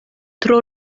tro